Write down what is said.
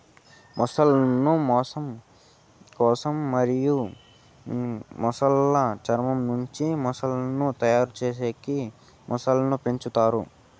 మొసళ్ళ ను మాంసం కోసం మరియు మొసలి చర్మం నుంచి వస్తువులను తయారు చేసేకి మొసళ్ళను పెంచుతారు